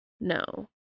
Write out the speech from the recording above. no